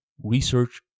research